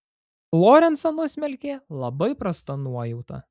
lorencą nusmelkė labai prasta nuojauta